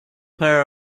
power